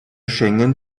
schengen